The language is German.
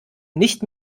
nicht